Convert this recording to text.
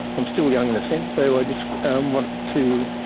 i'm still young in a sense, so i just want to,